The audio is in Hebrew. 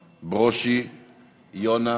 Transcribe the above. ברושי, יונה,